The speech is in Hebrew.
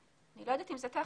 אני לא יודעת אם זה טכני.